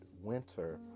winter